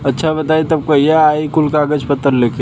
अच्छा बताई तब कहिया आई कुल कागज पतर लेके?